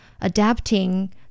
adapting